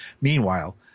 Meanwhile –